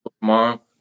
tomorrow